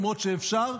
למרות שאפשר,